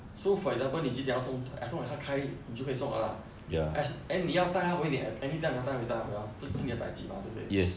so for example 你几点要送 as long as 他开你就会送 liao ah as~ eh 你要带她回你 a~ anytime 你要带她回带她回 orh 都是你的 daiji mah 对不对